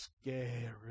scary